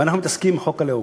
ואנחנו מתעסקים עם חוק הלאום.